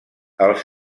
els